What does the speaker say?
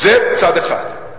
זה צד אחד.